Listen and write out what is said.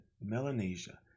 Melanesia